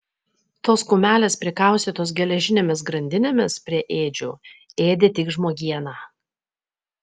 tos kumelės prikaustytos geležinėmis grandinėmis prie ėdžių ėdė tik žmogieną